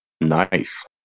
Nice